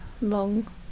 long